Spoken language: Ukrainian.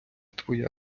твоя